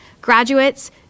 Graduates